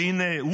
והינה,